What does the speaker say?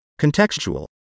contextual